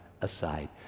aside